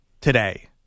today